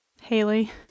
Haley